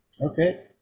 okay